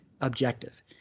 objective